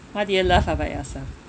what do you love about yourself